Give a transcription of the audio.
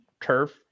turf